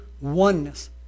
oneness